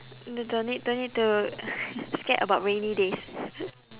the don't need don't need to scared about rainy days